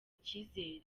icyizere